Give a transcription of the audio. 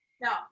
no